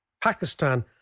Pakistan